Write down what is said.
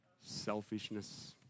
selfishness